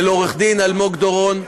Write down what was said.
ולעורך-דין אלמוג דורון.